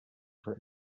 for